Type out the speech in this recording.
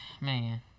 Man